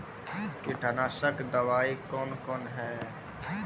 कीटनासक दवाई कौन कौन हैं?